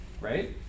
right